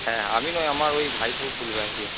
হ্যাঁ আমি নয় আমার ওই ভাইপো খুলবে আর কি